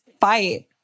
fight